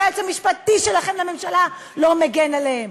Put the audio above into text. כי היועץ המשפטי שלכם לממשלה לא מגן עליכם.